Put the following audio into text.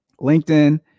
LinkedIn